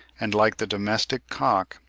and, like the domestic cock,